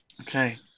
Okay